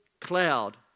cloud